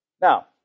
Now